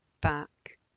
back